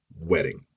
wedding